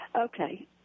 Okay